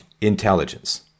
intelligence